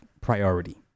Priority